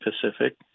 Pacific